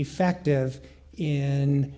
effective in